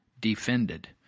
defended